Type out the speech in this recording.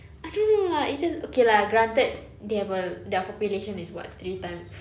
I don't know lah it's just okay lah granted they have a their population is what three times